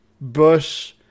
Bush